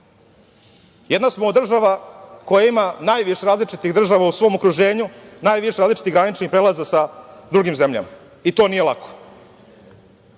Jedna smo od država koja ima najviše različitih država u svom okruženju, najviše različitih graničnih prelaza sa drugim zemljama. I to nije lako.